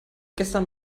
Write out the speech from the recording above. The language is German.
gestern